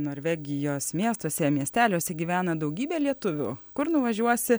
norvegijos miestuose miesteliuose gyvena daugybė lietuvių kur nuvažiuosi